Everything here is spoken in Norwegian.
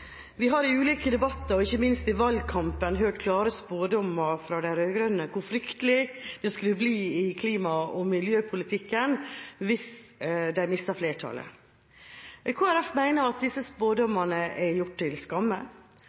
Vi har i ulike debatter og ikke minst i valgkampen hørt klare spådommer fra de rød-grønne om hvor fryktelig det skulle bli i klima- og miljøpolitikken hvis de mistet flertallet. Kristelig Folkeparti mener at disse spådommene er gjort til skamme,